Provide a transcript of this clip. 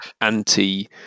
anti